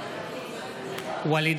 בעד ואליד